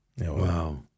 wow